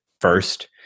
first